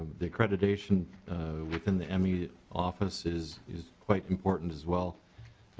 the accreditation within the me office is is quite important as well.